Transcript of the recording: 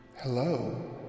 Hello